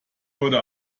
heute